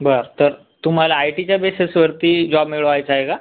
बरं तर तुम्हाला आय टीच्या बेसेसवरती जॉब मिळवायचा आहे का